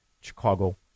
Chicago